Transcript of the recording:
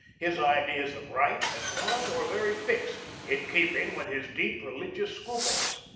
his ideas of right and wrong were very fixed, in keeping with his deep religious scruples.